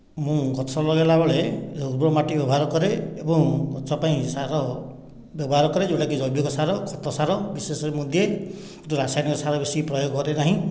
ମୁଁ ଗଛ ଲଗାଇଲା ବେଳେ ଉର୍ବର ମାଟି ବ୍ୟବହାର କରେ ଏବଂ ଗଛ ପାଇଁ ସାର ବ୍ୟବହାର କରେ ଯେଉଁଟାକି ଜୈବିକ ସାର ଖତ ସାର ବିଶେଷକରି ମୁଁ ଦିଏ ରାସାୟନିକ ସାର ବେଶୀ ପ୍ରୟୋଗ କରେ ନାହିଁ